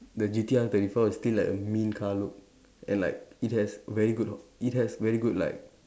the G_T_R thirty four is still like a mean car look and like it has very good it has very good like